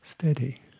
steady